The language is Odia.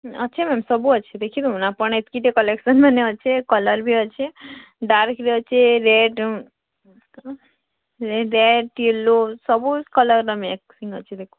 ଅଛି ମ୍ୟାମ୍ ସବୁ ଅଛି ଦେଖିଦଉନ୍ ମ୍ୟାମ୍ ଆପଣ୍ ଏତକି କଲେକ୍ସନ ମାନେ ଅଛେ କଲର୍ ବି ଅଛେ ଡ଼ାର୍କ୍ ବି ଅଛିି ରେଡ଼୍ ରେଡ଼୍ ୟେଲୋ ସବୁ କଲର୍ର ଅଛି